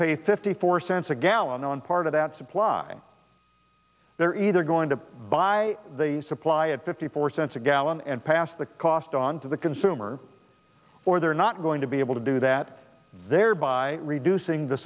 pay fifty four cents a gallon on part of that supply they're either going to buy supply at fifty four cents a gallon and pass the cost on to the consumer or they're not going to be able to do that thereby reducing the